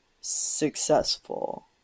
successful